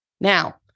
Now